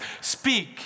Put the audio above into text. speak